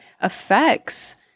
affects